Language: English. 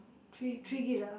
three three gig lah